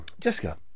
Jessica